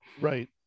Right